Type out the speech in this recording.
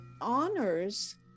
honors